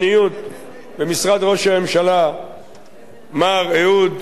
במשרד ראש הממשלה מר אהוד פראוור,